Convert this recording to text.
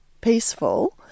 peaceful